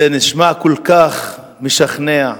זה נשמע כל כך משכנע.